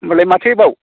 होमबालाय माथोबाव